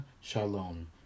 shalom